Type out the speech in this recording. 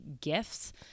gifts